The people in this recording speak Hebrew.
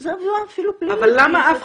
זו אפילו עבירה פלילית --- אבל עובדה,